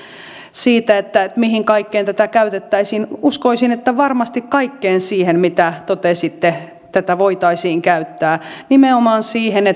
mihin kaikkeen tätä käytettäisiin uskoisin että varmasti kaikkeen siihen mitä totesitte tätä voitaisiin käyttää nimenomaan siihen